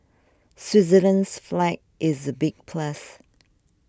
Switzerland's flag is a big plus